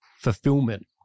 Fulfillment